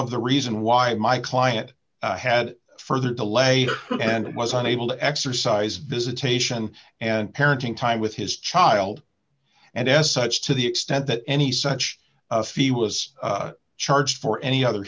of the reason why my client had further delay and was unable to exercise visitation and parenting time with his child and as such to the extent that any such a fee was charged for any other